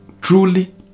Truly